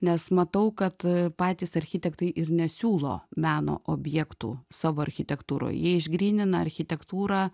nes matau kad patys architektai ir nesiūlo meno objektų savo architektūroj jie išgrynina architektūrą